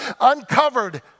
uncovered